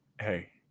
Hey